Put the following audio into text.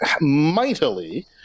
mightily